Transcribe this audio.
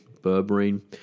berberine